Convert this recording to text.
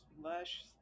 lush